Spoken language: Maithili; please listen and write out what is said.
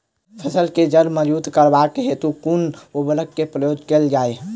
फसल केँ जड़ मजबूत करबाक हेतु कुन उर्वरक केँ प्रयोग कैल जाय?